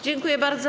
Dziękuję bardzo.